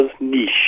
niche